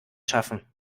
schaffen